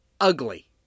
ugly